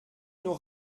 nur